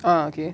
oh okay